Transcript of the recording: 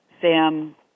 Sam